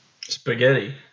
Spaghetti